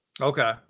Okay